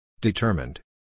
Determined